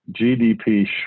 GDP